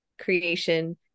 creation